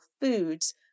foods